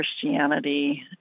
Christianity